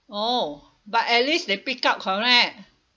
oh but at least they pick up correct